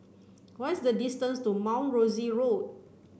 what is the distance to Mount Rosie Road